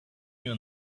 you